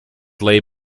lay